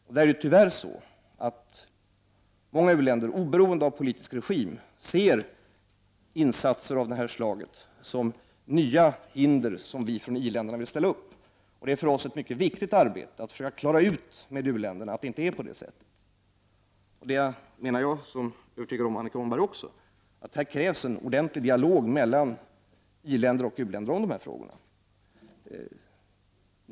Tyvärr är det så att många u-länder, oberoende av politisk regim ser insatser av detta slag som nya hinder som vi från i-länderna vill ställa upp. Det är för oss ett mycket viktigt arbete att försöka klara upp med u-länderna att det inte är så. Jag menar — och jag är övertygad om att Annika Åhnberg också menar det — att här krävs en ordentlig dialog mellan i-länder och u-länder om dessa frågor.